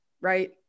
Right